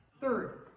Third